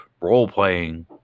role-playing